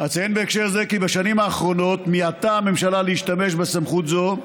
אציין בהקשר זה כי בשנים האחרונות מיעטה הממשלה להשתמש בסמכות זו,